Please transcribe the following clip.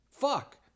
fuck